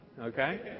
Okay